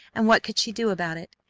and what could she do about it?